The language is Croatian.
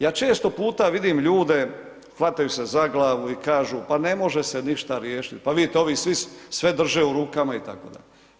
Ja često puta vidim ljude, hvataju se za glavu i kažu pa ne može se ništa riješiti, pa vidite ovi sve drže u rukama i tako.